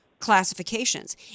classifications